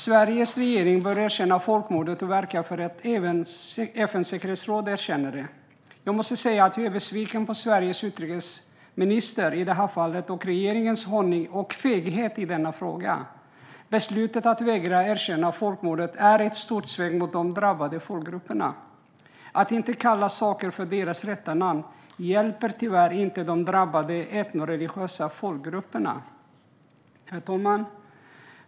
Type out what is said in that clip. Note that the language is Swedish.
Sveriges regering bör erkänna folkmordet och verka för att även FN:s säkerhetsråd erkänner det. Jag måste säga att jag är besviken på Sveriges utrikesminister i det här fallet och på regeringens hållning och feghet i frågan. Beslutet att vägra erkänna folkmordet är ett stort svek mot de drabbade folkgrupperna. Att inte kalla saker för dess rätta namn hjälper tyvärr inte de drabbade etnoreligiösa folkgrupperna. Herr talman!